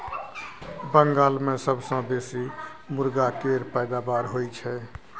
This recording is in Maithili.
बंगाल मे सबसँ बेसी मुरगा केर पैदाबार होई छै